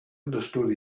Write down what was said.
understood